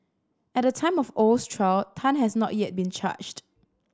at the time of Oh's trial Tan had not yet been charged